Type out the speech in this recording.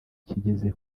kigeze